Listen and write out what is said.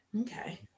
Okay